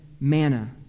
manna